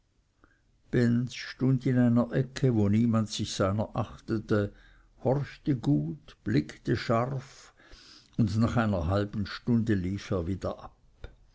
in eine ecke wo niemand seiner sich achtete horchte gut blickte scharf und nach einer halben stunde lief er wieder ab